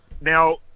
now